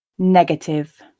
negative